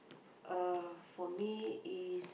uh for me is